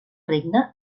regne